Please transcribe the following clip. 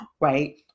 right